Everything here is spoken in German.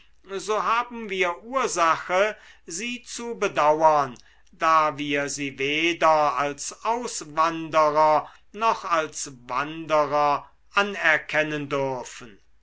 so haben wir ursache sie zu bedauern da wir sie weder als auswanderer noch als wanderer anerkennen dürfen